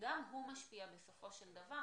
גם הוא משפיע בסופו של דבר,